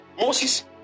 Moses